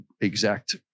exact